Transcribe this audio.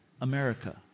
America